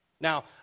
Now